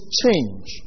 change